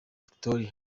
victoria